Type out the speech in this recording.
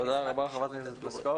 תודה רבה ח"כ פלוסקוב.